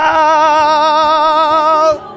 out